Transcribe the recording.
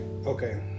Okay